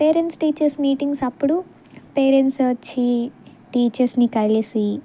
parents teachers meetings అప్పుడు parents వచ్చి టీచర్స్ని కలిసి